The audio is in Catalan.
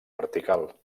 vertical